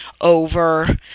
over